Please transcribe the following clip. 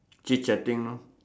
chit chatting lor